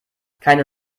keine